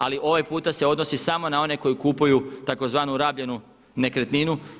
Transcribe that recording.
Ali ovaj puta se odnosi samo na one koji kupuju tzv. rabljenu nekretninu.